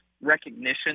recognition